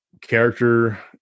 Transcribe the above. character